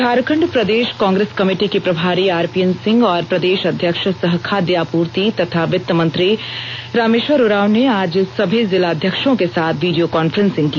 Jharkhand Pradesh Congress committee के प्रभारी RPN Singh और प्रदेश अध्यक्ष सह खाद्य आपूर्ति तथा वित्तमंत्री रामेश्वर उरांव ने आज सभी जिलाध्यक्षों के साथ वीडियो कांफ्रेंसिंग की